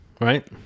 right